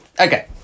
Okay